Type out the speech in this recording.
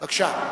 בבקשה.